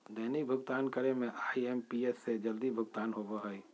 दैनिक भुक्तान करे में आई.एम.पी.एस से जल्दी भुगतान होबो हइ